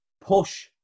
push